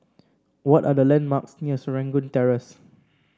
what are the landmarks near Serangoon Terrace